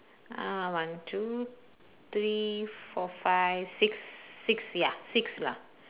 uh one two three four five six six ya six lah